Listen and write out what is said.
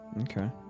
Okay